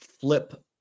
flip